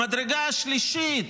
המדרגה השלישית,